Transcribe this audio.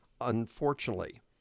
unfortunately